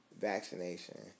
vaccination